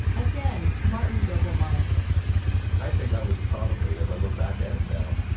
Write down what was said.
again, martin doblmeier i think i was probably, as i look back at it now,